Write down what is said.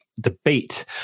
debate